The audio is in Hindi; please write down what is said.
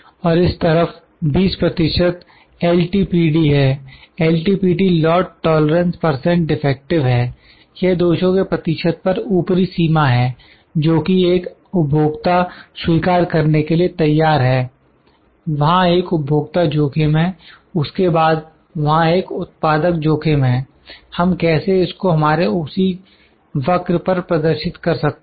और इस तरफ 20 प्रतिशत एल टी पी डी है L T P D lot tolerance percent defective है यह दोषों के प्रतिशत पर ऊपरी सीमा है जोकि एक उपभोक्ता स्वीकार करने के लिए तैयार है वहां एक उपभोक्ता जोखिम है उसके बाद वहां एक उत्पादक जोखिम है हम कैसे इसको हमारे ओ सी वक्र पर प्रदर्शित कर सकते हैं